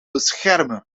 beschermen